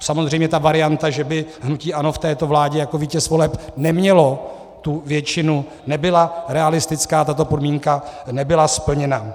Samozřejmě ta varianta, že by hnutí ANO v této vládě jako vítěz voleb nemělo tu většinu, nebyla realistická, tato podmínka nebyla splněna.